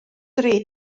dri